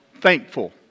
thankful